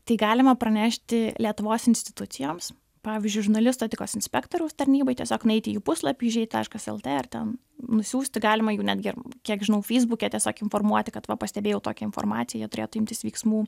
tai galima pranešti lietuvos institucijoms pavyzdžiui žurnalistų etikos inspektoriaus tarnybai tiesiog nueiti į jų puslapį žei taškas lt ar ten nusiųsti galima jų netgi ir kiek žinau feisbuke tiesiog informuoti kad va pastebėjau tokią informaciją jie turėtų imtis veiksmų